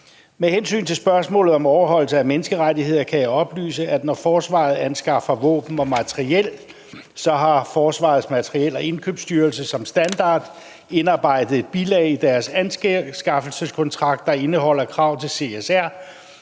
Med hensyn til spørgsmålet om overholdelse af menneskerettighederne kan jeg oplyse, at når Forsvaret anskaffer våben og materiel, har Forsvarets Materiel- og Indkøbsstyrelse som standard indarbejdet et bilag i deres anskaffelseskontrakt, der indeholder krav til CSR,